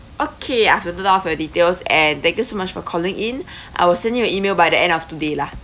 okay I've noted down of your details and thank you so much for calling in I will send you an email by the end of today lah